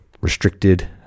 restricted